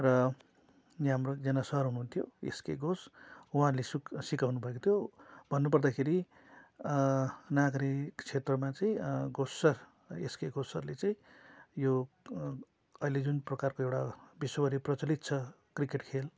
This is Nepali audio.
र यहाँ हाम्रो एकजना सर हुनुहुन्थ्यो एसके घोष उहाँहरूले सिक सिकाउनु भएको थियो भन्नुपर्दाखेरि नागरि क्षेत्रमा चाहिँ घोष सर एसके घोष सरले चाहिँ यो अहिले जुन प्रकारको एउटा विश्वभरि प्रचलित छ क्रिकेट खेल